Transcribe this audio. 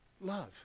Love